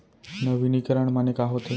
नवीनीकरण माने का होथे?